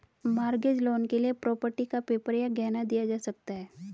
mortgage loan के लिए property का पेपर या गहना दिया जा सकता है